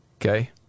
Okay